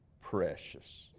precious